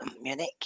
Munich